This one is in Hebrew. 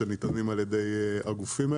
שניתנים על ידי הגופים האלה.